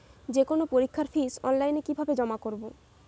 যে কোনো পরীক্ষার ফিস অনলাইনে কিভাবে জমা করব?